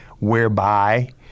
whereby